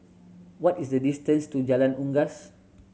what is the distance to Jalan Unggas